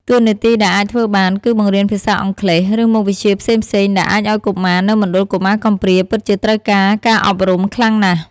តួនាទីដែលអាចធ្វើបាន គឺបង្រៀនភាសាអង់គ្លេស ឬមុខវិជ្ជាផ្សេងៗដែលអាចឲ្យកុមារនៅមណ្ឌលកុមារកំព្រាពិតជាត្រូវការការអប់រំខ្លាំងណាស់។